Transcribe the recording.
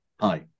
Hi